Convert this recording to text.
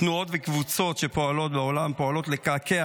תנועות וקבוצות שפועלות בעולם פועלות לקעקע